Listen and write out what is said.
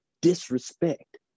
disrespect